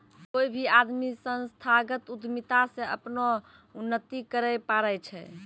कोय भी आदमी संस्थागत उद्यमिता से अपनो उन्नति करैय पारै छै